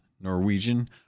Norwegian